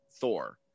Thor